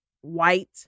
white